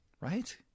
Right